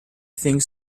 things